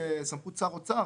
בסמכות שר האוצר,